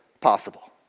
possible